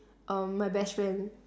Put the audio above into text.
err my best friend